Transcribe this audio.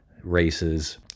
races